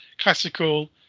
classical